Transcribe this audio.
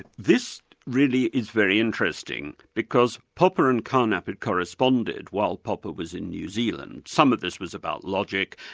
this really is very interesting, because popper and carnap had corresponded while popper was in new zealand. some of this was about logic,